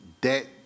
debt